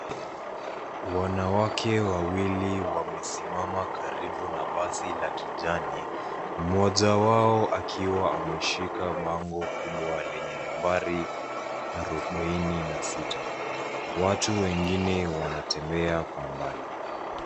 Wanawake wawili wamesimama karibu na basi la kijani mmoja wao akiwa ameshika bao kubwa lenye nambari arubaini na sita, watu wengine wanatembea kwa umbali.